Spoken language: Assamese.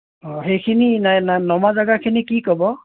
অঁ সেইখিনি নমা জেগাখিনি কি ক'ব